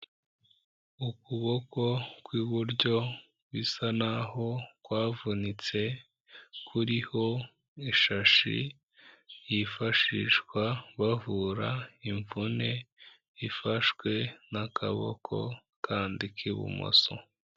Ukuboko kw'iburyo bisa naho kwavunitse kuriho ishashi yifashishwa bavura imvune ifashwe n'akaboko kandi k'ibumoso.